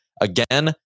Again